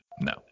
no